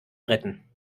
retten